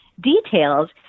details